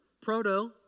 Proto